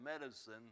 medicine